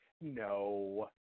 No